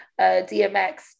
dmx